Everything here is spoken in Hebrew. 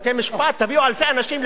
תביאו אלפי אנשים לבתי-משפט,